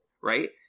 Right